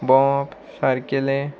भोंवप सारकेलें